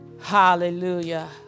hallelujah